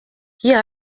hier